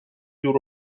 دور